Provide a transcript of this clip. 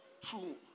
True